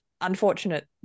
unfortunate